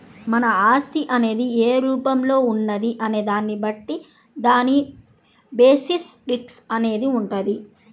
మన ఆస్తి అనేది ఏ రూపంలో ఉన్నది అనే దాన్ని బట్టి దాని బేసిస్ రిస్క్ అనేది వుంటది